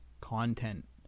content